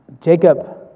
Jacob